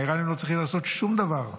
האיראנים לא צריכים לעשות שום דבר,